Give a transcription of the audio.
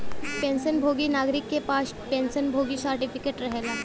pension भोगी नागरिक क पास पेंशन भोगी सर्टिफिकेट रहेला